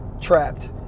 trapped